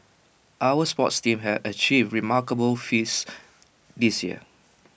our sports teams have achieved remarkable feats this year